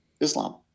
Islam